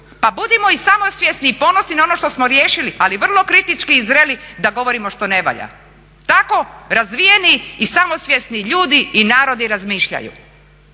Pa budimo i samosvjesni i ponosni na ono što smo riješili, ali vrlo kritički i zreli da govorimo što ne valja. Tako razvijeni i samosvjesni ljudi i narodi razmišljaju.